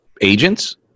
Agents